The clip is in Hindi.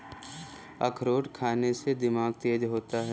अखरोट खाने से दिमाग तेज होता है